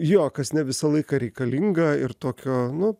jo kas ne visą laiką reikalinga ir tokio nu